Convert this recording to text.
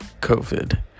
COVID